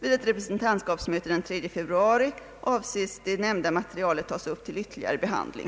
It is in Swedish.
Vid ett representantskapsmöte den 3 februari avses det nämnda materialet tas upp till ytterligare behandling.